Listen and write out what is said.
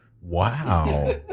Wow